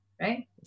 right